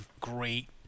great